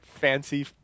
fancy